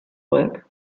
work